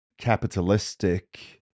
capitalistic